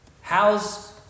how's